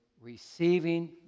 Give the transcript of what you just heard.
receiving